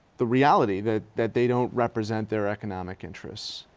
the reality that that they don't represent their economic interests.